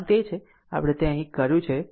આમ તે તે છે જે આપણે અહીં તે કર્યું છે